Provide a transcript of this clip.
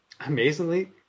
Amazingly